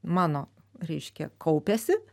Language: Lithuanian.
mano reiškia kaupiasi